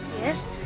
yes